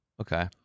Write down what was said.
Okay